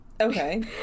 Okay